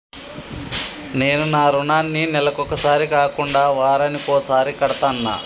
నేను నా రుణాన్ని నెలకొకసారి కాకుండా వారానికోసారి కడ్తన్నా